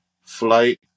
Flight